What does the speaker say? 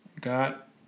got